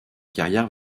carrière